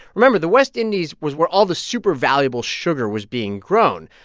remember the west indies was where all the super valuable sugar was being grown.